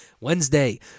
Wednesday